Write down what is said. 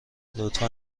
لطفا